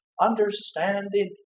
understanding